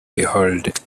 behold